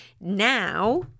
now